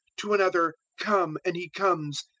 to another come, and he comes,